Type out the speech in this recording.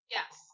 Yes